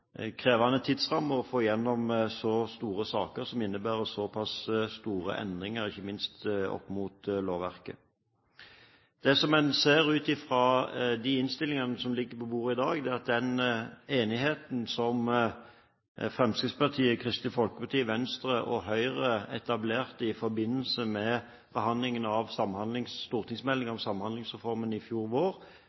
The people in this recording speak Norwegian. krevende tidsramme, å få gjennom så store saker som innebærer såpass store endringer ikke minst av lovverket. Det en ser ut fra de innstillingene som ligger på bordet i dag, er at den enigheten som Fremskrittspartiet, Kristelig Folkeparti, Venstre og Høyre etablerte i forbindelse med behandlingen av stortingsmeldingen om Samhandlingsreformen i fjor vår,